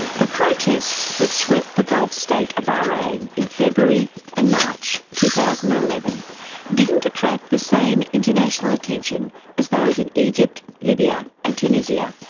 the protests that swept the gulf state of bahrain in february and march two thousand and eleven didn't attract the same international attention as those in egypt, libya or and tunisia.